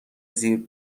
زیر